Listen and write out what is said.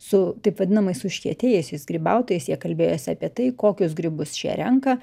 su taip vadinamais užkietėjusiais grybautojais jie kalbėjosi apie tai kokius grybus šie renka